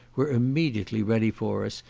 were immediately ready for us,